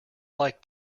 like